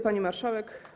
Pani Marszałek!